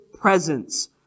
presence